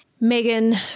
megan